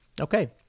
Okay